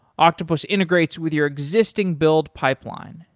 octopus integrates with your existing build pipeline,